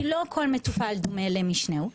כי לא כל מטופל דומה למשנהו.